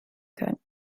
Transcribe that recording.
können